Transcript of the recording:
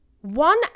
one